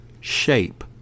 shape